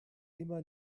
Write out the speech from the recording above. immer